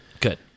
Good